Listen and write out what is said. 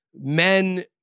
men